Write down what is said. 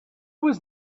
was